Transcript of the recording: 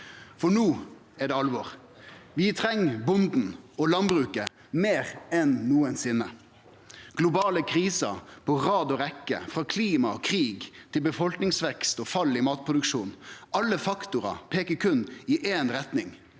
for no er det alvor. Vi treng bonden og landbruket meir enn nokosinne. Globale kriser på rad og rekkje, frå klima og krig til befolkningsvekst og fall i matproduksjonen – alle faktorar peiker i berre ei retning: